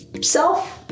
self